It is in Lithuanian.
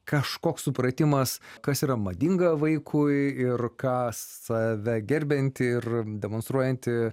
kažkoks supratimas kas yra madinga vaikui ir ką save gerbianti ir demonstruojanti